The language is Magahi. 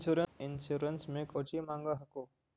इंश्योरेंस मे कौची माँग हको?